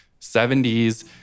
70s